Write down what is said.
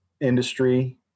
industry